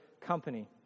company